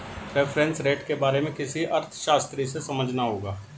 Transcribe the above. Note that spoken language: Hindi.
रेफरेंस रेट के बारे में किसी अर्थशास्त्री से समझना होगा